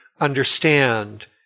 understand